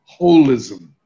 Holism